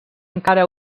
encara